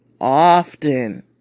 often